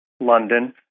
London